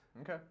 Okay